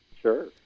Sure